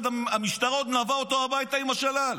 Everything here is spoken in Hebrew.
המשטרה עוד מלווה אותו הביתה עם השלל.